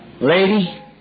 Lady